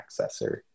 accessor